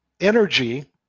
energy